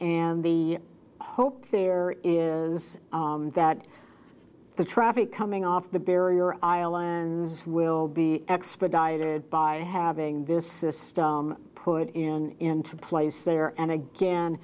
and the hope there is that the traffic coming off the barrier islands will be expedited by having this system put in into place there and again